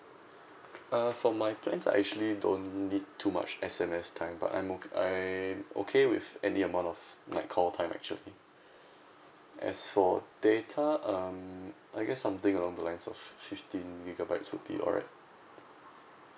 uh for my plans I actually don't need too much S_M_S time but I'm okay I'm okay with any amount of like call time actually as for data um I guess something along the lines of fifteen gigabytes would be alright